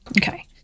Okay